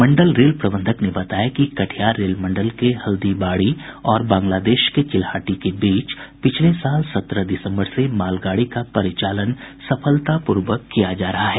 मंडल रेल प्रबंधक ने बताया कि कटिहार रेल मंडल के हल्दीबाड़ी और बांग्लादेश के चिल्हाटी के बीच पिछले साल सत्रह दिसम्बर से मालगाड़ी का परिचालन सफलतापूर्वक किया जा रहा है